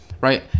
right